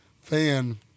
fan